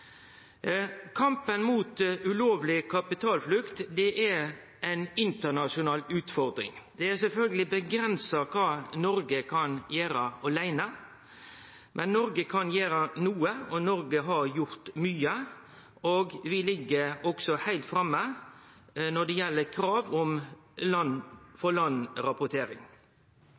Kampen mot ulovleg kapitalflukt er ei internasjonal utfordring. Det er sjølvklart grenser for kva Noreg kan gjere åleine, men Noreg kan gjere noko. Noreg har gjort mykje, og vi ligg òg heilt framme når det gjeld krav om land-for-land-rapportering. I tillegg deltar Noreg òg aktivt i ulike internasjonale forum for